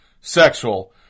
sexual